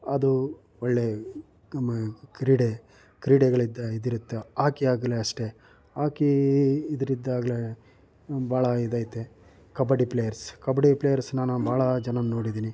ಅದು ಒಳ್ಳೆಯ ನಮ್ಮ ಕ್ರೀಡೆ ಕ್ರೀಡೆಗಳಿಂದ ಇದಿರುತ್ತೆ ಹಾಕಿ ಆಗಲಿ ಅಷ್ಟೇ ಹಾಕಿ ಇದರಿಂದಾಗ್ಲಿ ಬಹಳ ಇದೈತೆ ಕಬಡ್ಡಿ ಪ್ಲೇಯರ್ಸ್ ಕಬಡ್ಡಿ ಪ್ಲೇಯರ್ಸ್ ನಾನು ಭಾಳ ಜನಾನ ನೋಡಿದ್ದೀನಿ